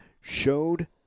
showed